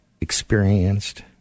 experienced